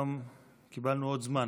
פתאום קיבלנו עוד זמן.